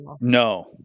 no